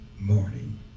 morning